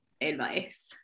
advice